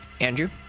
Andrew